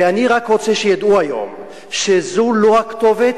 ואני רק רוצה שידעו היום שזו לא הכתובת,